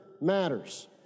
matters